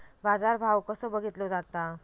बाजार भाव कसो बघीतलो जाता?